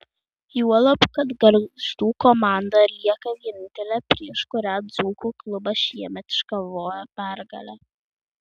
juolab kad gargždų komanda lieka vienintelė prieš kurią dzūkų klubas šiemet iškovojo pergalę